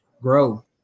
grow